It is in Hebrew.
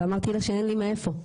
ואמרתי לה שאין לי מאיפה,